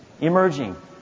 emerging